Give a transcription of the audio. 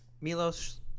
Milos